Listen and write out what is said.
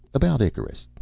about icarus.